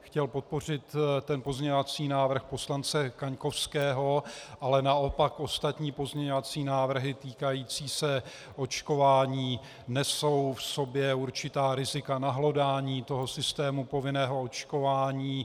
Chtěl jsem podpořit pozměňovací návrh poslance Kaňkovského, ale naopak ostatní pozměňovací návrhy týkající se očkování nesou v sobě určitá rizika nahlodání toho systému povinného očkování.